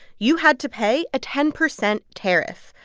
you had to pay a ten percent tariff.